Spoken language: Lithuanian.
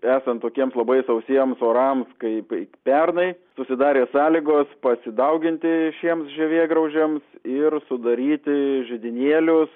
esant tokiems labai sausiems orams kaip pernai susidarė sąlygos pasidauginti šiems žievėgraužiams ir sudaryti židinėlius